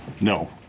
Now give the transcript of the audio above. No